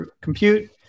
compute